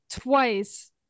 twice